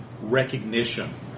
recognition